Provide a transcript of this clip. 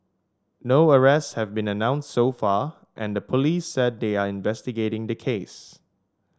no arrests have been announced so far and the police said they are investigating the case